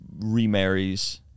remarries